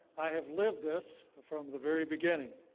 i have lived this from the very beginning.